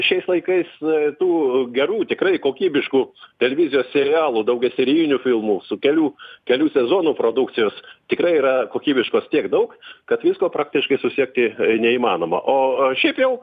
šiais laikais tų gerų tikrai kokybiškų televizijos serialų daugiaserijinių filmų su kelių kelių sezonų produkcijos tikrai yra kokybiškos tiek daug kad visko praktiškai susekti neįmanoma o o šiaip jau